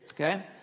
Okay